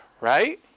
right